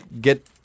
get